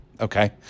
okay